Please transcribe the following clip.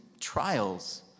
trials